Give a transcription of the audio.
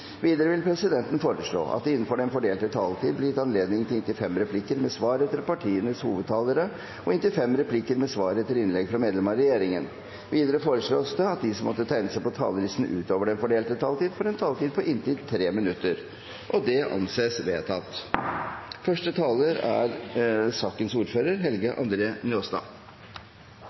Videre vil presidenten foreslå at det – innenfor den fordelte taletid – blir gitt anledning til inntil fem replikker med svar etter innlegg fra partienes hovedtalere og inntil fem replikker med svar etter innlegg fra medlemmer av regjeringen. Videre foreslås det at de som måtte tegne seg på talerlisten utover den fordelte taletid, får en taletid på inntil 3 minutter. – Det anses vedtatt.